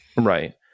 Right